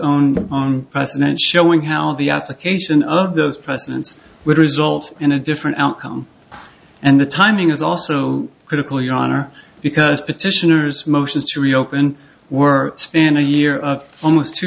board's president showing how the application of those precedents would result in a different outcome and the timing is also critical your honor because petitioners motions to reopen were spent a year of almost two